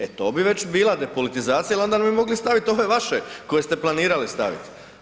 E to bi već bila depolitizacija jel onda bi mogli stavit ove vaše koje ste planirali stavit.